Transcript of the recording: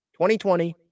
2020